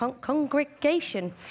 congregation